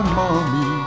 mommy